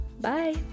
Bye